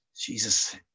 Jesus